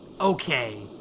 okay